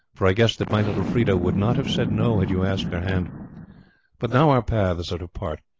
for i guess that my little freda would not have said no had you asked her hand but now our paths are to part.